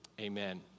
amen